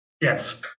Yes